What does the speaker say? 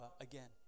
again